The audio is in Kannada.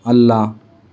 ಅಲ್ಲ